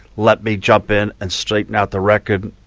let me jump in and straighten out the record,